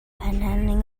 panhandling